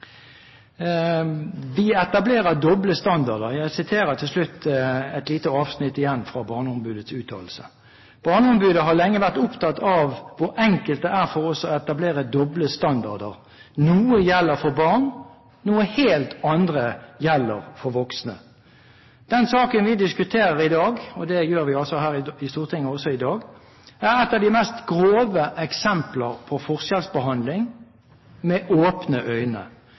vi etablerer «doble standarder». Jeg siterer til slutt igjen et lite avsnitt fra barneombudets uttalelse: «Barneombudet har lenge vært opptatt av hvor enkelt det er for oss å etablere doble standarder – noe gjelder for barn, noe helt annet gjelder for voksne. Den saken vi diskuterer i dag» – og det gjør vi her i Stortinget også i dag – «er et av de mest grove eksempler på forskjellsbehandling – med åpne øyne.